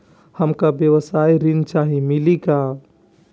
हमका व्यवसाय ऋण चाही मिली का?